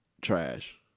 Trash